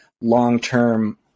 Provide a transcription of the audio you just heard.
long-term